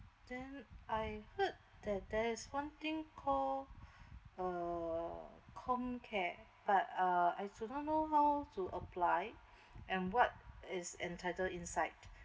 then I heard that there is one thing called err comcare but uh I do not know how to apply and what is entitled inside